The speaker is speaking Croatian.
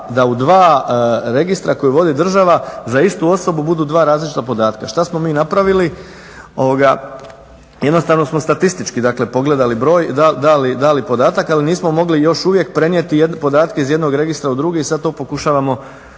da u 2 registra koje vodi država za istu osobu budu 2 različita podatka. Što smo mi napravili? Jednostavno smo statistički, dakle, pogledali broj, da li podataka jer nismo mogli još uvijek prenijeti podatke iz jednog registra u drugi i sada to pokušavamo